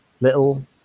little